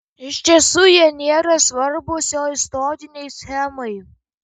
iš tiesų jie nėra svarbūs jo istorinei schemai